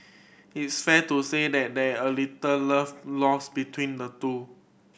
it's fair to say that there're little love lost between the two